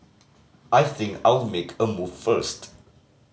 I think I'll make a move first